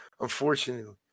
unfortunately